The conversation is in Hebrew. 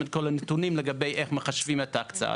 את כל הנתונים לגבי איך מחשבים את ההקצאה,